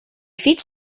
fiets